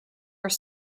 are